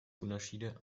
unterschiede